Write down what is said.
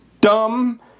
dumb